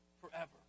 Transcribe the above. forever